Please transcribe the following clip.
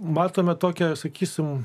matome tokią sakysime